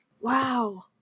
Wow